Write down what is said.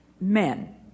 men